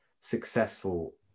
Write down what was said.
successful